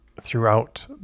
throughout